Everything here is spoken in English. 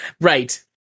Right